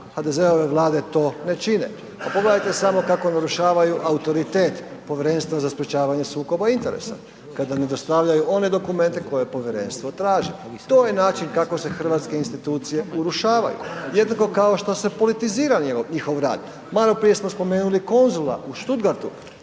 HDZ-ove Vlade to ne čine, pa pogledajte samo kako narušavaju autoritet Povjerenstva za sprječavanje sukoba interesa kada ne dostavljaju one dokumente koje povjerenstvo traži, to je način kako se hrvatske institucije urušavaju, jednako kao što se politizira njihov rad. Maloprije smo spomenuli konzula u Stuttgartu